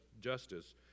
justice